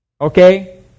Okay